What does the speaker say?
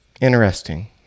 Interesting